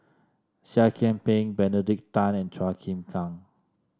Seah Kian Peng Benedict Tan and Chua Chim Kang